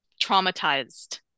traumatized